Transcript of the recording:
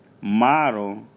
model